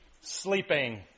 sleeping